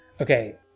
Okay